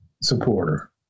supporter